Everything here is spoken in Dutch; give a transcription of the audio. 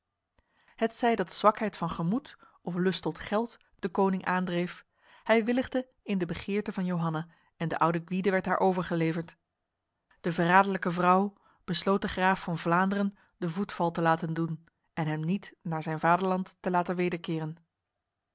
hetzij dat zwakheid van gemoed of lust tot geld de koning aandreef hij willigde in de begeerte van johanna en de oude gwyde werd haar overgeleverd de verraderlijke vrouw besloot de graaf van vlaanderen de voetval te laten doen en hem niet naar zijn vaderland te laten